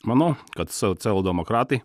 manau kad socialdemokratai